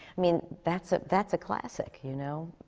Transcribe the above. i mean, that's ah that's a classic, you know?